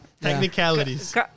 Technicalities